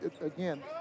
again